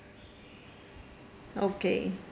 okay